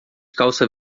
calça